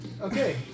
Okay